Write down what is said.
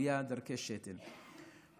כליה ודרכי שתן,